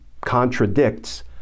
contradicts